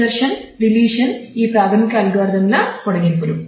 ఇంసెర్షన్ల పొడిగింపులు